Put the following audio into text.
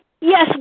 yes